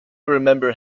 remember